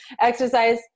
Exercise